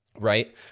right